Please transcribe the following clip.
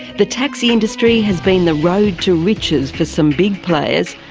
the taxi industry has been the road to riches for some big players,